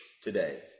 today